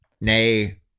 Nay